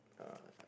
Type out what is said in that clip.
uh